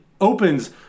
opens